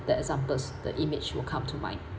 the examples the image will come to mind